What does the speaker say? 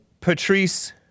Patrice